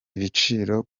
ibiciro